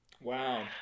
Wow